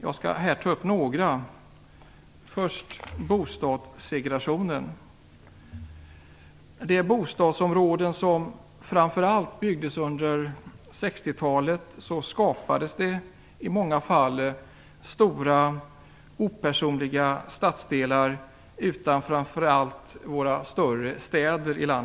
Jag skall här ta upp några, först bostadssegregationen. De bostadsområden som framför allt byggdes under 1960-talet bildade i många fall stora opersonliga stadsdelar utanför våra större städer.